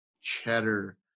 cheddar